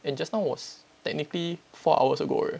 and just now was technically four hours ago already